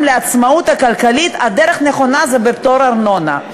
לעצמאות הכלכלית היא פטור מארנונה.